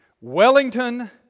Wellington